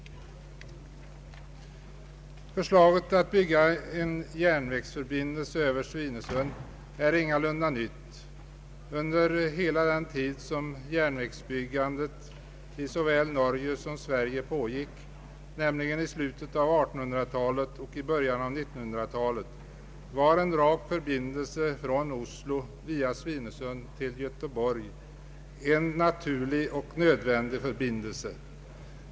Förslaget att bygga en järnvägsförbindelse över Svinesund är ingalunda nytt. Under hela den tid järnvägsbyggandet i såväl Norge som Sverige pågick, nämligen i slutet av 1800-talet och början av 1900-talet, var en rak förbindelse från Oslo via Svinesund till Göteborg naturlig och nödvändig.